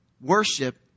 worship